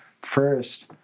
first